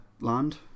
land